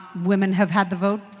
women have had the vote,